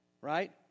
right